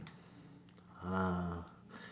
ah